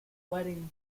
wedding